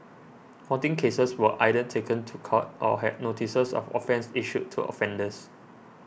fourteen cases were either taken to court or had notices of offence issued to offenders